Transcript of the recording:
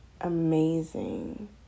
amazing